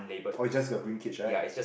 oh it's just a green cage right